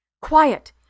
Quiet